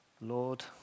Lord